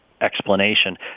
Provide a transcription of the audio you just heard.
explanation